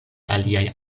aliaj